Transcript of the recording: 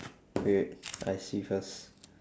wait wait I see first